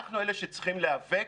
אנחנו אלה שצריכים להיאבק,